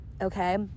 okay